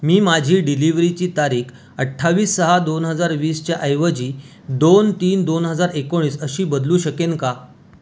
मी माझी डिलिव्हरीची तारीख अठ्ठावीस सहा दोन हजार वीसच्या ऐवजी दोन तीन दोन हजार एकोणीस अशी बदलू शकेन का